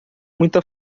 muita